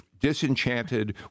disenchanted